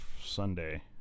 Sunday